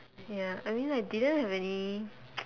ya I mean I didn't have any